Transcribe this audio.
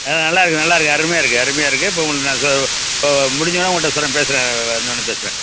ஆ நல்லாயிருக்கு நல்லாயிருக்கு அருமையாக இருக்குது அருமையாயிருக்கு இப்போ உங்கள்ட்ட நான் முடிஞ்சவொடனே உங்கள்ட்ட சொல்கிறேன் பேசுகிறேன் வந்தவொடனே பேசுகிறேன்